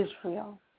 Israel